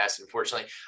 unfortunately